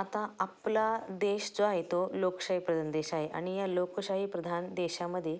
आता आपला देश जो आहे तो लोकशाही प्रधान देश आहे आणि या लोकशाही प्रधान देशामध्ये